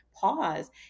pause